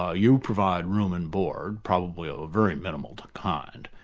ah you provide room and board, probably of a very minimal kind,